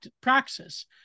praxis